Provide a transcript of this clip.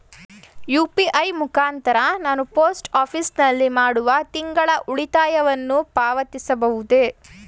UPI ಮುಖಾಂತರ ನಾನು post office ನಲ್ಲಿ ಮಾಡುವ ತಿಂಗಳ ಉಳಿತಾಯವನ್ನು ಪಾವತಿಸಬಹುದೇ?